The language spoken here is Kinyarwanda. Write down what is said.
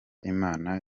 imana